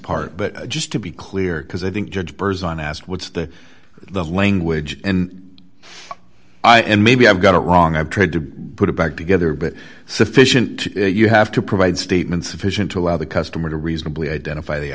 part but just to be clear because i think judge burrs on asked what's the the language and i and maybe i've got it wrong i've tried to put it back together but sufficient you have to provide statements sufficient to allow the customer to reasonably identify the